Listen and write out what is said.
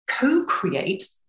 co-create